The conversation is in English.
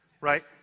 right